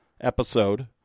episode